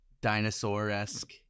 dinosaur-esque